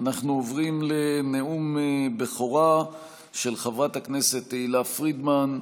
אנחנו עוברים לנאום הבכורה של חברת הכנסת תהלה פרידמן,